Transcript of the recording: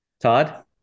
Todd